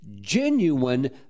genuine